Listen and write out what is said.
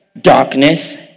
darkness